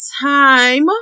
time